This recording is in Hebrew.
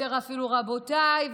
יותר אפילו רבותיי,